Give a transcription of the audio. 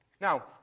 Now